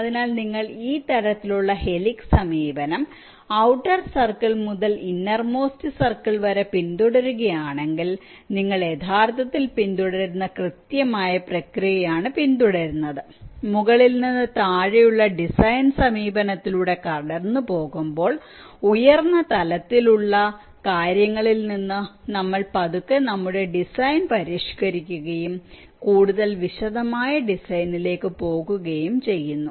അതിനാൽ നിങ്ങൾ ഈ തരത്തിലുള്ള ഹെലിക്സ് സമീപനം ഔട്ടർ സർക്കിൾ മുതൽ ഇന്നർ മോസ്റ്റ് സർക്കിൾ വരെ പിന്തുടരുകയാണെങ്കിൽ നിങ്ങൾ യഥാർത്ഥത്തിൽ പിന്തുടരുന്ന കൃത്യമായ പ്രക്രിയയാണ് പിന്തുടരുന്നത് മുകളിൽ നിന്ന് താഴെയുള്ള ഡിസൈൻ സമീപനത്തിലൂടെ കടന്നുപോകുമ്പോൾ ഉയർന്ന തലത്തിലുള്ള കാര്യങ്ങളിൽ നിന്ന് നമ്മൾപതുക്കെ ഞങ്ങളുടെ ഡിസൈൻ പരിഷ്കരിക്കുകയും കൂടുതൽ വിശദമായ ഡിസൈനിലേക്ക് പോകുകയും ചെയ്യുന്നു